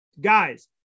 Guys